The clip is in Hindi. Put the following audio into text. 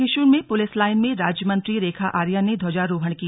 बागेश्वर में पुलिस लाईन में राज्य मंत्री रेखा आर्या ने ध्वाजारोहण किया